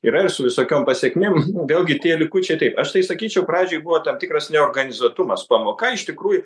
yra ir su visokiom pasekmėm vėlgi tie likučiai taip aš tai sakyčiau pradžiai buvo tam tikras neorganizuotumas pamoka iš tikrųjų